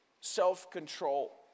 self-control